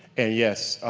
ah yes,